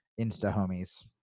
insta-homies